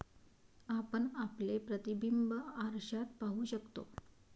आपण आपले प्रतिबिंब आरशात पाहू शकतो